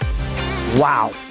wow